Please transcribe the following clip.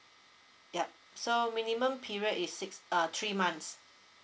yup so minimum period is six err three months